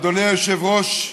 אדוני היושב-ראש,